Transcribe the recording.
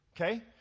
Okay